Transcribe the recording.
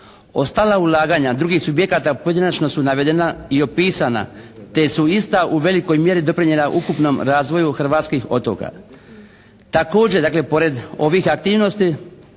Ostala ulaganja drugih subjekata pojedinačno su navedena i opisana te su ista u velikoj mjeri doprinijela ukupnom razvoju hrvatskih otoka. Također dakle pored ovih aktivnosti